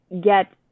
get